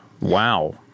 wow